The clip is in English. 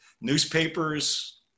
newspapers